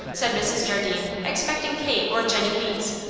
said mrs. jardine, expecting kate or jennie weeks.